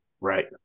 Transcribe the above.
right